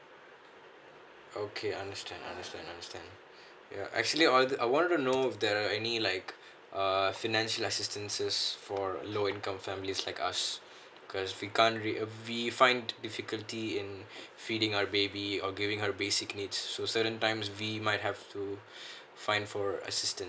okay understand understand understand ya actually I wanted to know that uh any like err financial assistance for low income families like us because we can't re~ we find difficulty in feeding a baby or giving her basic needs so certain times we might have to find for assistance